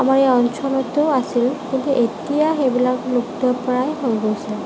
আমাৰ অঞ্চলতো আছিল কিন্তু এতিয়া সেইবিলাক লুপ্তপ্ৰায় হৈ গৈছে